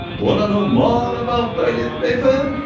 wanna know more about toilet paper?